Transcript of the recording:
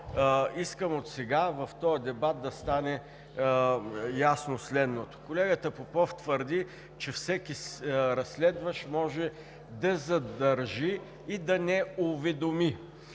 искам отсега в този дебат да стане ясно следното. Колегата Попов твърди, че всеки разследващ може да задържи и да не уведоми.